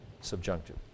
subjunctive